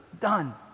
Done